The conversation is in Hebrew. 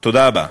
תודה רבה.